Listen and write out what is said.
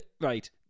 right